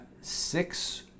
six